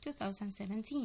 2017